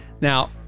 now